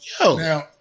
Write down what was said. yo